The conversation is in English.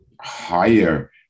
higher